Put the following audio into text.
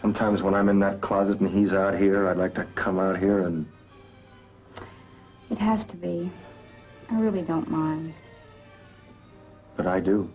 sometimes when i'm in that closet movies are here i'd like to come out here and it has to be i really don't mind but i do